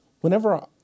whenever